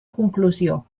conclusió